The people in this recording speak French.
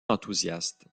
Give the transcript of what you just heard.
enthousiastes